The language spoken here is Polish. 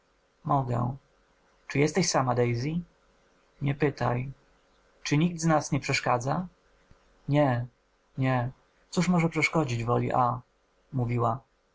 mogę czy jesteś sama daisy nie pytaj czy nikt z nas nie przeszkadza nie nie cóż może przeszkodzić woli a mówiła